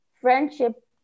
friendship